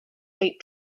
date